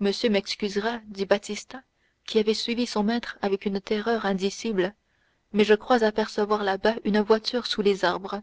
monsieur m'excusera dit baptistin qui avait suivi son maître avec une terreur indicible mais je crois apercevoir là-bas une voiture sous les arbres